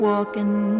Walking